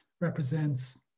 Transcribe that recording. represents